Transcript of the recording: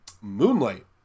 Moonlight